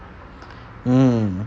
mm